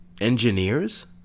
engineers